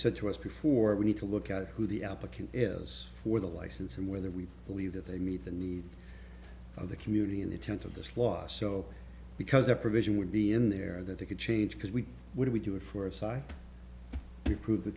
said to us before we need to look at who the applicant is for the license and whether we believe that they meet the needs of the community and intent of this law so because the provision would be in there that they could change because we would do it for a site to prove the